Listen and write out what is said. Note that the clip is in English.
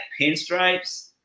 pinstripes